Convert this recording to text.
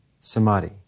samadhi